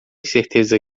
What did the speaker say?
certeza